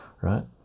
right